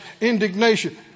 indignation